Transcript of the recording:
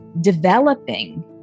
developing